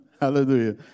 hallelujah